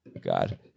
God